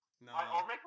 No